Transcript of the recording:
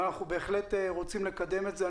ואנחנו בהחלט רוצים לקדם את זה.